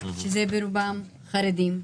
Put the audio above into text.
שזה ברובם חרדים,